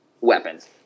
weapons